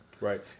Right